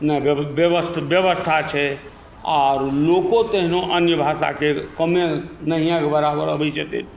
ने व्यवस्था छै आर लोको तहिना अन्य भाषाके कमे नहिएके बराबर अबैत छै तैँ